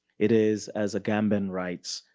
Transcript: it is, as agamben writes,